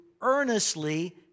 earnestly